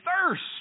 thirst